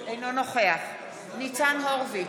אינו נוכח ניצן הורוביץ,